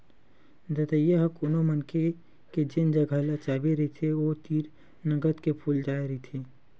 दतइया ह कोनो मनखे के जेन जगा ल चाबे रहिथे ओ तीर नंगत के फूल जाय रहिथे